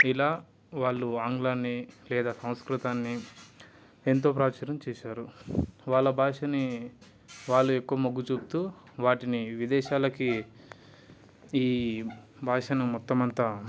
ఇలా వాళ్ళు ఆంగ్లాన్ని లేదా సంస్కృతాన్ని ఎంతో ప్రాచుర్యం చేశారు వాళ్ళ భాషని వాళ్ళు ఎక్కువ మొగ్గుచూపుతూ వాటిని విదేశాలకి ఈ భాషను మొత్తం అంతా